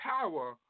power